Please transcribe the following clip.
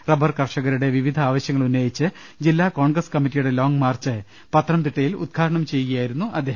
rubber കർഷകരുടെ വിവിധ ആവശ്യങ്ങൾ ഉന്നയിച്ച് ജിലാ കോൺഗ്രസ്സ് കമ്മറ്റിയുടെ ലോംഗ് മാർച്ച് പത്തനംതിട്ടയിൽ ഉദ്ഘാടന്നം ചെയ്യുകയാ്യിരുന്നു അദ്ദേഹം